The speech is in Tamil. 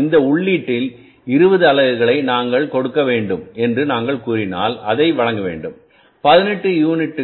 இந்த உள்ளீட்டின் 20 அலகுகளை நாங்கள் கொடுக்க வேண்டும் என்று நாங்கள் கூறினால் அதை வழங்க வேண்டும் 18 யூனிட்